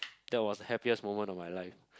that was the happiest moment of my life